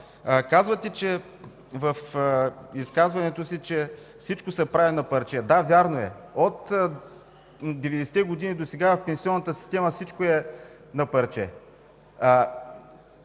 по-рано. Казвате, че всичко се прави на парче. Да, вярно е – от 90-те години досега в пенсионната система всичко е на парче.